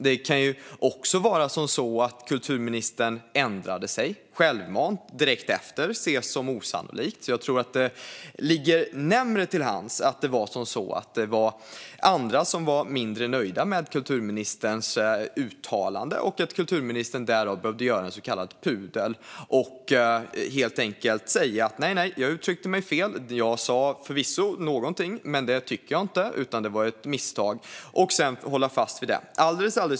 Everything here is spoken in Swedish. Det kan också vara så att kulturministern ändrade sig självmant direkt efter, men det ser jag som osannolikt. Jag tror att det ligger närmare till hands att andra var mindre nöjda med kulturministerns uttalande och att kulturministern därför behövde göra en så kallad pudel och helt enkelt säga: Nej, jag uttryckte mig fel. Jag sa förvisso någonting, men det tycker jag inte. Det var ett misstag. Och sedan fick hon hålla fast vid det.